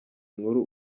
nkuru